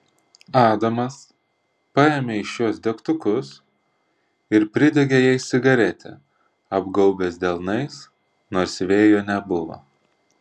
adamas paėmė iš jos degtukus ir pridegė jai cigaretę apgaubęs delnais nors vėjo nebuvo